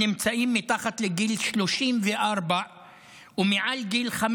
נמצאים מתחת לגיל 34 ומעל גיל 15,